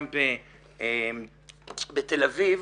גם בתל אביב,